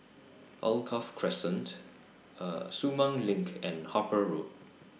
Alkaff Crescent Sumang LINK and Harper Road